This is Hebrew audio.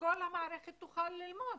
שכול המערכת תוכל ללמוד.